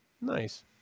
Nice